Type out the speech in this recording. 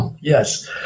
Yes